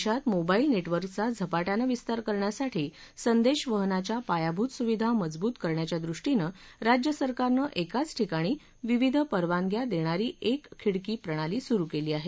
उत्तरप्रदेशात मोबाईल नेटवर्कचा झपाट्यानं विस्तार करण्यासाठी संदेशवहनाच्या पायाभूत सुविधा मजबूत करण्याच्या दृष्टीनं राज्य सरकारनं एकाच ठिकाणी विविध परवानग्या देणारी एक खिडकी प्रणाली सुरू केली आहे